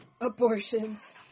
Abortions